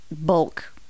bulk